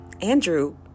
Andrew